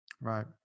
Right